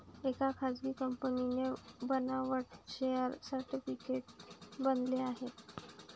एका खासगी कंपनीने बनावट शेअर सर्टिफिकेट बनवले आहे